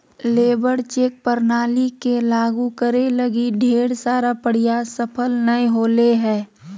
labour check प्रणाली के लागु करे लगी ढेर सारा प्रयास सफल नय होले हें